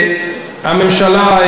הממשלה,